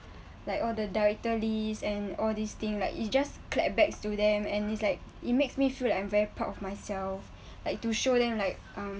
like all the director list and all these thing like it's just clap backs to them and it's like it makes me feel like I'm very proud of myself like to show them like um